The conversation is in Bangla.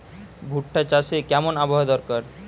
ভুট্টা চাষে কেমন আবহাওয়া দরকার?